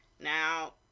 Now